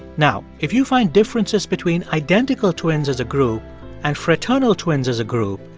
now, if you find differences between identical twins as a group and fraternal twins as a group,